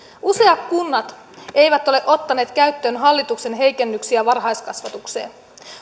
useat kunnat eivät ole ottaneet käyttöön hallituksen heikennyksiä varhaiskasvatukseen